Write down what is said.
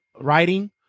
writing